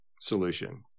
solution